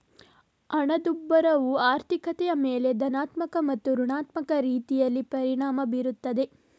ಹಣದುಬ್ಬರವು ಆರ್ಥಿಕತೆಯ ಮೇಲೆ ಧನಾತ್ಮಕ ಮತ್ತು ಋಣಾತ್ಮಕ ರೀತಿಯಲ್ಲಿ ಪರಿಣಾಮ ಬೀರುತ್ತದೆ